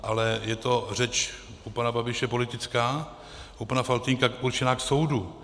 Ale je to řeč u pana Babiše politická, u pana Faltýnka určená k soudu.